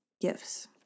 gifts